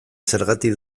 zergatik